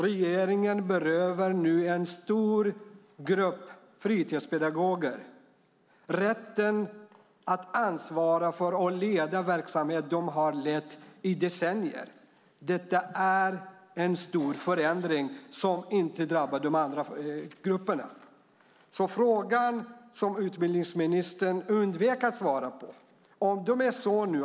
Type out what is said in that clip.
Regeringen berövar nu en stor grupp fritidspedagoger rätten att ansvara för och leda den verksamhet som de har lett i decennier. Detta är en stor förändring som inte drabbar de andra grupperna. Utbildningsministern undvek att svara på frågan.